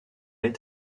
est